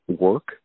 work